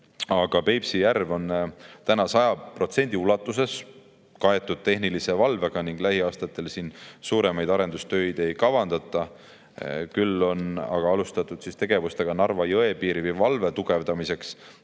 Peipsi järv on 100% ulatuses kaetud tehnilise valvega ning lähiaastatel seal suuremaid arendustöid ei kavandata. Küll aga on alustatud tegevusi Narva jõe piirivalve tugevdamiseks.